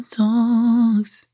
talks